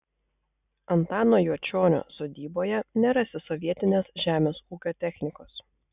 antano juočionio sodyboje nerasi sovietinės žemės ūkio technikos